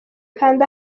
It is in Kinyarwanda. kanda